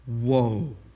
Whoa